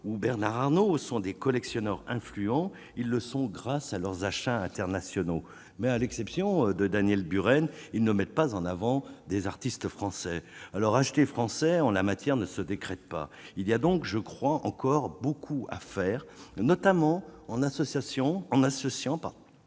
ou Bernard Arnault sont des collectionneurs influents, ils le sont grâce à leurs achats internationaux mais à l'exception de Daniel Buren, il ne mettent pas en avant des artistes français alors acheter français en la matière ne se décrète pas, il y a donc, je crois encore beaucoup à faire, notamment en association